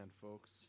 folks